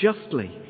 justly